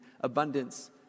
abundance